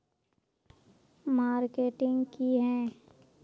Marketing की है?